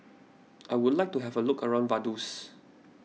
I would like to have a look around Vaduz